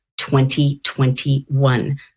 2021